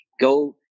Go